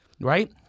Right